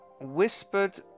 whispered